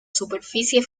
superficie